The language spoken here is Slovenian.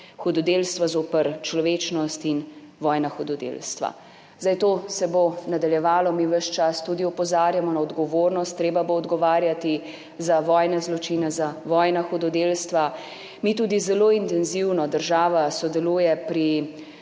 hudodelstva zoper človečnost in vojna hudodelstva. To se bo nadaljevalo. Mi ves čas tudi opozarjamo na odgovornost, treba bo odgovarjati za vojne zločine, za vojna hudodelstva. Mi tudi zelo intenzivno, država zdaj sodeluje pri